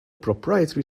proprietary